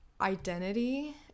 identity